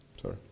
Sorry